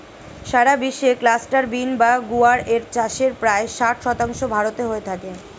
সারা বিশ্বে cluster bean বা গুয়ার এর চাষের প্রায় ষাট শতাংশ ভারতে হয়ে থাকে